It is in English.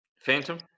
Phantom